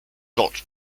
dot